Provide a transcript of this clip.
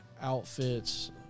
outfits